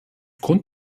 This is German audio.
grund